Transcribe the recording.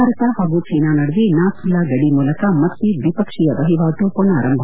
ಭಾರತ ಹಾಗೂ ಚೀನಾ ನಡುವೆ ನಾಥೂ ಲಾ ಗಡಿ ಮೂಲಕ ಮತ್ತೆ ದ್ವಿಪಕ್ಷೀಯ ವಹಿವಾಟು ಪುನರಾರಂಭ